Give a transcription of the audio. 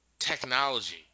technology